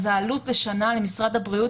אז העלות לשנה למשרד הבריאות,